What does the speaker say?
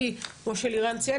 כי כמו לירן ציין,